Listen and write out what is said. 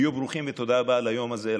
היו ברוכים, ותודה רבה על היום הזה.